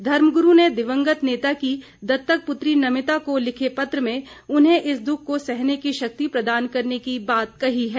धर्मगुरू ने दिवंगत नेता की दत्तक पुत्री नमिता को लिखे पत्र में उन्हें इस दुख को सहने की शक्ति प्रदान करने की बात कही है